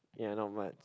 ya I not much